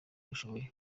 ushoboye